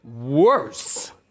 worse